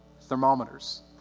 Thermometers